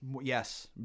Yes